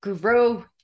grow